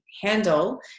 handle